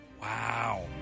Wow